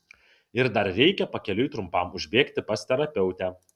ir dar reikia pakeliui trumpam užbėgti pas terapeutę